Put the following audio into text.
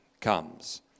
comes